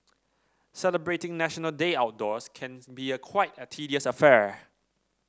celebrating National Day outdoors can be quite a tedious affair